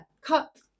cut